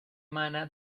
emana